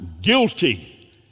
guilty